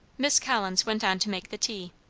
miss collins went on to make the tea.